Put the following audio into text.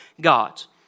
gods